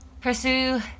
pursue